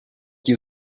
tím